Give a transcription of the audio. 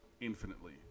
infinitely